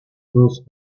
bruce